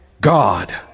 God